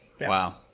Wow